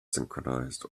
synchronize